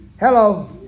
Hello